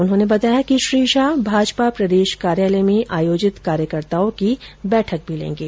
उन्होंने बताया कि श्री शाह भाजपा प्रदेश कार्यालय में आयोजित कार्यकर्ताओं की बैठक भी लेंगे